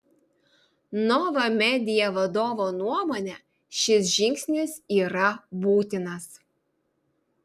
nova media vadovo nuomone šis žingsnis yra būtinas